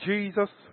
Jesus